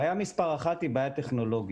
בעיה מספר אחת היא בעיה טכנולוגית.